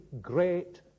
great